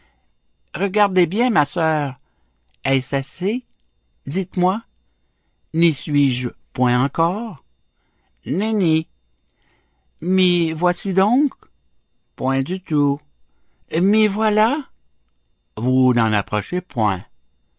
regardez bien ma sœur est-ce assez dites-moi n'y suis-je point encore nenni m'y voici donc point du tout m'y voilà vous n'en approchez point